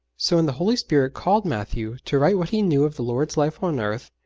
so, when the holy spirit called matthew to write what he knew of the lord's life on earth,